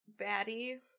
baddie